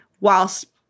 whilst